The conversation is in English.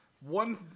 one